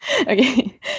Okay